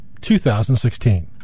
2016